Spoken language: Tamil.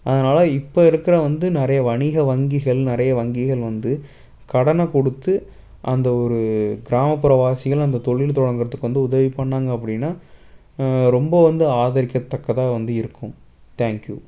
அதனால் இப்போ இருக்கிற வந்து நிறைய வணிக வங்கிகள் நிறைய வங்கிகள் வந்து கடனைக் கொடுத்து அந்த ஒரு கிராமப்புற வாசிகள் அந்த தொழில் தொடங்கிறதுக்கு வந்து உதவி பண்ணிணாங்க அப்படின்னா ரொம்ப வந்து ஆதரிக்கத்தக்கதாக இருக்கும் தேங்க்யூ